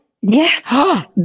Yes